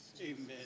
Amen